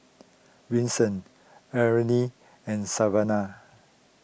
Wilson Arnett and Savana